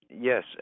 Yes